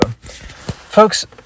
folks